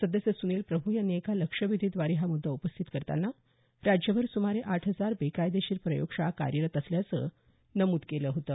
सदस्य सुनील प्रभू यांनी एका लक्षवेधीद्वारे हा मुद्दा उपस्थित करताना राज्यभर सुमारे आठ हजार बेकायदेशीर प्रयोगशाळा कार्यरत असल्याचं नमूद केलं होतं